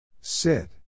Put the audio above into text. Sit